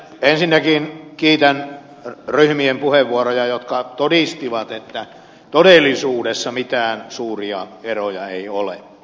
ensinnäkin kiitän ryhmien puheenvuoroja jotka todistivat että todellisuudessa mitään suuria eroja ei ole